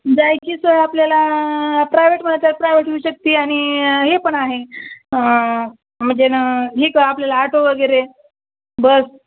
जायची सोय आपल्याला प्रायवेट म्हणाल तर प्रायव्हेट येऊ शकते आणि हे पण आहे म्हणजे न हे क आपल्याला आटो वगैरे बस